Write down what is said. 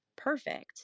Perfect